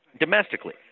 domestically